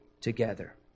together